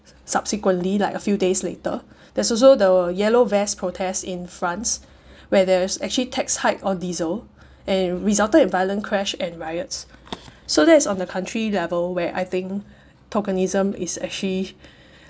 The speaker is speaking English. subsequently like a few days later there's also the yellow vest protests in france where there's actually tax hike on diesel and resulted in violent crash and riots so that's on the country level where I think tokenism is actually